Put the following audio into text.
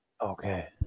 Okay